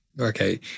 Okay